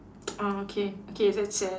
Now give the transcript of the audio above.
ah okay okay that's sad